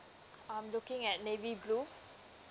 I'm looking at navy blue